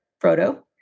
Frodo